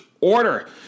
order